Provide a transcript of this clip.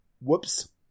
Whoops